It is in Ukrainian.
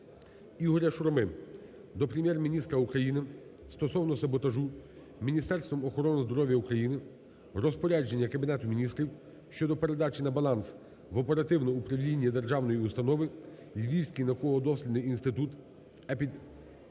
Ігоря Шурми до Прем'єр-міністра України стосовно саботажу Міністерством охорони здоров'я України Розпорядження Кабінету Міністрів України щодо передачі на баланс в оперативне управління державної установи "Львівський науково-дослідний інститут епідеміології